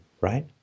right